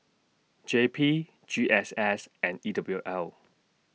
J P G S S and E W L